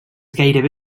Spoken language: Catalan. gairebé